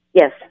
Yes